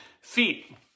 Feet